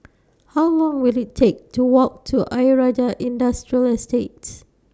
How Long Will IT Take to Walk to Ayer Rajah Industrial Estates